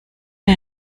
für